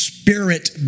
spirit